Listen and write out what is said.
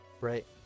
right